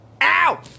Ow